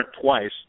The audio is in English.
twice